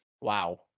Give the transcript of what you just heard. Wow